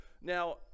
now